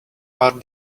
are